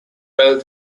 failed